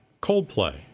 Coldplay